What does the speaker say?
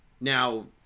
now –